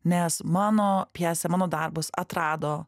nes mano pjesė mano darbus atrado